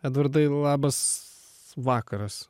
edvardai labas vakaras